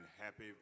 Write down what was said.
happy